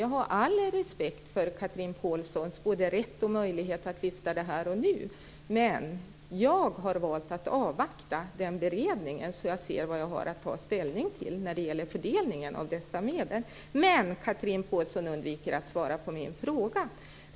Jag har all respekt för Chatrine Pålssons både rätt och möjlighet att lyfta fram denna fråga både här och nu, men jag har valt att avvakta beredningen så att jag vet vad jag har att ta ställning till när det gäller fördelningen av dessa medel. Men Chatrine Pålsson undviker att svara på min fråga.